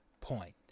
point